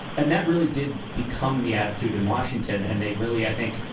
and that really did become the attitude in washington. and they really, i think,